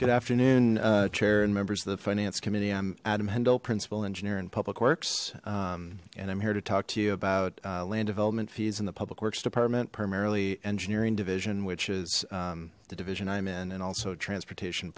good afternoon chair and members of the finance committee i'm adam handel principal engineer and public works and i'm here to talk to you about land development fees in the public works department primarily engineering division which is the division i'm in and also transportation